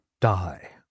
die